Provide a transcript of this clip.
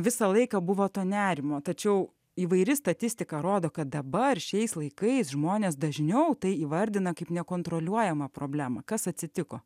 visą laiką buvo to nerimo tačiau įvairi statistika rodo kad dabar šiais laikais žmonės dažniau tai įvardina kaip nekontroliuojamą problemą kas atsitiko